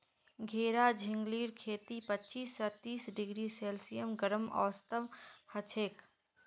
घेरा झिंगलीर खेती पच्चीस स तीस डिग्री सेल्सियस गर्म मौसमत हछेक